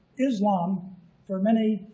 islam for many